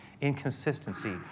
inconsistency